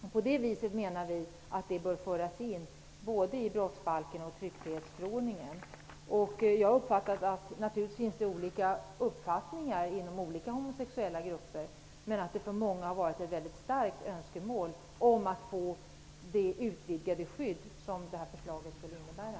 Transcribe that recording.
Av den anledningen menar vi att förbudet bör föras in både i brottsbalken och i tryckfrihetsförordningen. Naturligtvis finns det olika uppfattningar inom olika homosexuella grupper. Men jag har uppfattat att det för många har varit ett mycket starkt önskemål att få det utvidgade skydd som det här förslaget skulle innebära.